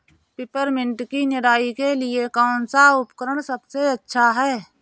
Peppermint की निराई के लिए कौन सा उपकरण सबसे अच्छा है?